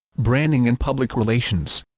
branding and public relations